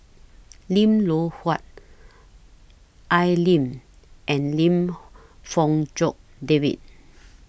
Lim Loh Huat Al Lim and Lim Fong Jock David